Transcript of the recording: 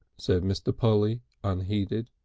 said mr. polly unheeded.